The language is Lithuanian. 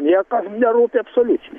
niekas nerūpi absoliučiai